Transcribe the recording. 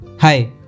Hi